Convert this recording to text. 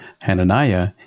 Hananiah